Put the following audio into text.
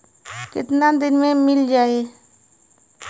कितना दिन में मील जाई?